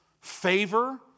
favor